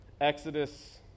Exodus